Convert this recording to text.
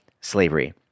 slavery